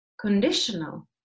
conditional